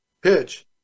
pitch